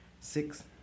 six